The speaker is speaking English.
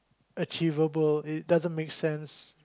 achievable it doesn't make sense